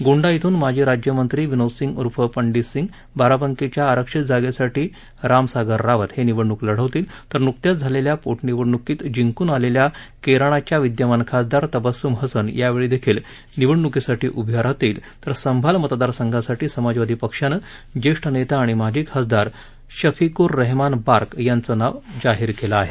गोंडा श्रून माजी राज्यमंत्री विनोद सिंग ऊर्फ पंडित सिंग बाराबंकीच्या आरक्षित जागेसाठी राम सागर रावत हे निवडणूक लढवतील तर नुकत्याच झालेल्या पोटनिवडणुकीत जिंकून आलेल्या केराणाच्या विद्यमान खासदार तबस्सुम हसन यावेळीदेखील निवडणुकीसाठी उभ्या राहतील तर संभाल मतदारसंघासाठी समाजवादी पक्षानं ज्येष्ठ नेता आणि माजी खासदार शफीकूर रेहमान बार्क यांचं नाव जाहीर केलं आहे